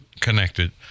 connected